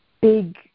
big